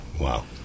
Wow